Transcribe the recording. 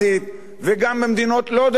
וגם במדינות לא דמוקרטיות,